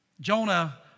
Jonah